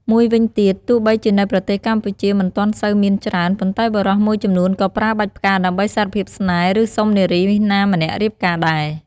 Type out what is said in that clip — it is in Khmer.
មួយវិញទៀត ទោះបីជានៅប្រទេសកម្ពុជាមិនទាន់សូវមានច្រើន ប៉ុន្តែបុរសមួយចំនួនក៏ប្រើបាច់ផ្កា ដើម្បីសារភាពស្នេហ៍ ឬ សុំនារីណាម្នាក់រៀបការដែរ។